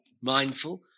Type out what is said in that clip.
mindful